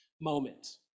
moment